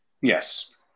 Yes